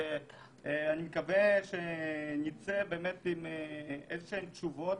ואני מקווה שנצא באמת עם איזשהן תשובות